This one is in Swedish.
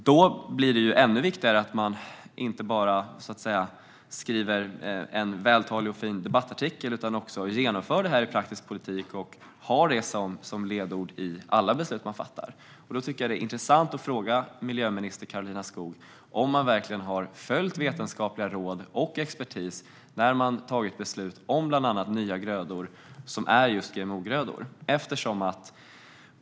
Då är det ju ännu viktigare att man inte bara skriver en välformulerad och fin debattartikel utan att man också genomför detta i praktisk politik och har det som ledord i alla beslut som man fattar. Det är intressant att fråga miljöminister Karolina Skog om man verkligen har följt vetenskapliga råd och expertis när man har fattat beslut om bland annat nya grödor som är GMO-grödor.